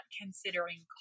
considering